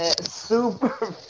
super